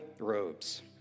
robes